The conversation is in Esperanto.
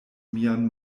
mian